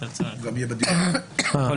אני